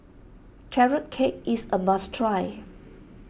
Carrot Cake is a must try